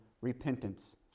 repentance